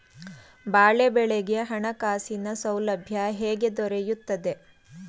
ಬಾಳೆ ಬೆಳೆಗೆ ಹಣಕಾಸಿನ ಸೌಲಭ್ಯ ಹೇಗೆ ದೊರೆಯುತ್ತದೆ?